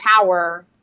power